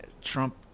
Trump